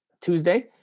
Tuesday